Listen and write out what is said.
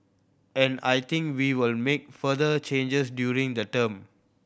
and I think we will make further changes during the term